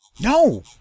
No